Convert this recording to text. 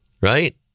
Right